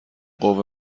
قوه